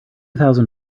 thousand